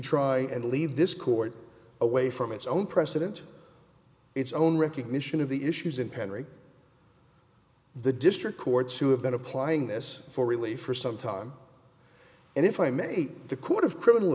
try and lead this court away from its own precedent its own recognition of the issues in penry the district courts who have been applying this for relief for some time and if i may the court of criminal